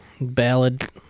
ballad